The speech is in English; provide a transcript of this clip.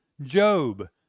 Job